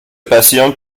passionne